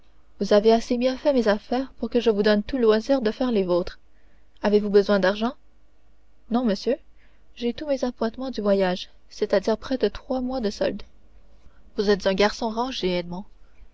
vous avez assez bien fait mes affaires pour que je vous donne tout loisir de faire les vôtres avez-vous besoin d'argent non monsieur j'ai tous mes appointements du voyage c'est-à-dire près de trois mois de solde vous êtes un garçon rangé